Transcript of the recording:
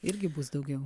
irgi bus daugiau